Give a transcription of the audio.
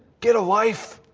get a life.